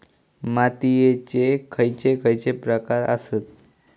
मातीयेचे खैचे खैचे प्रकार आसत?